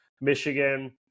Michigan